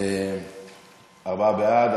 ארבעה בעד.